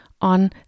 on